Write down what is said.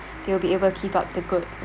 they will be able to keep up the good